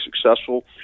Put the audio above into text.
successful